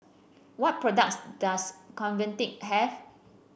what products does Convatec have